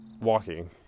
walking